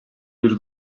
bir